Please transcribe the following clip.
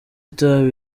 itabi